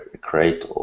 create